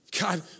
God